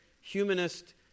humanist